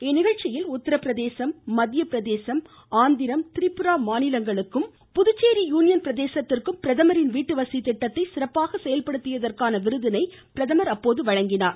இந்நிகழ்ச்சியில் உத்திரப்பிரதேசம் மத்திய பிரதேசம் ஆந்திரா திரிபுரா ஆகிய மாநிலங்களுக்கும் புதுச்சேரி யூனியன் பிரதேசத்திற்கும் பிரதமரின் வீட்டு வசதி திட்டத்தை சிறப்பாக செயல்படுத்தியதற்கான விருதினை பிரதமர் வழங்கினார்